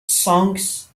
songs